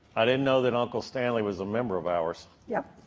i didn't know that uncle stanley was a member of ours. yep.